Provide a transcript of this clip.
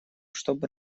чтобы